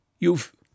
You've—